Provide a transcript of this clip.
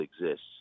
exists